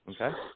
Okay